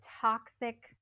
toxic